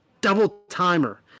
double-timer